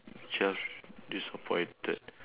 self disappointed